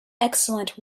excellent